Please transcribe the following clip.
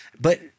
But-